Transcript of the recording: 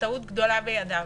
טעות גדולה בידיו.